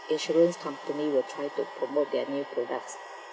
insurance company will try to promote their new products